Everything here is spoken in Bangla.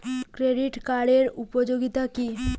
ক্রেডিট কার্ডের উপযোগিতা কি?